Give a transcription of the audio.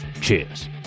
cheers